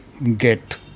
Get